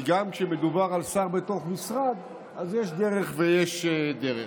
כי גם כשמדובר על שר בתוך משרד אז יש דרך ויש דרך.